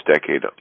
decade